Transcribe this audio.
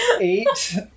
Eight